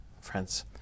friends